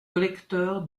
collecteur